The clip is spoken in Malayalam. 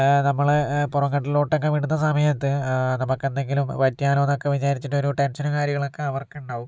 നമ്മളെ പുറം കടലിലോട്ടക്കെ വിടുന്ന സമയത്ത് നമുക്കെന്തെങ്കിലും പറ്റിയാലോന്നക്കെ വിചാരിച്ചിട്ട് ഒരു ടെൻഷനും കാര്യങ്ങളൊക്കെ അവർക്ക് ഉണ്ടാകും